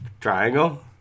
Triangle